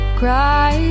cry